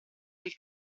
del